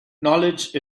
knowledge